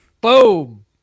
Boom